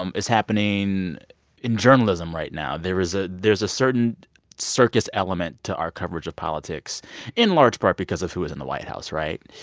um is happening in journalism right now. there is ah there is a certain circus element to our coverage of politics in large part because of who is in the white house, right?